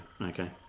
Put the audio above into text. okay